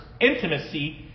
intimacy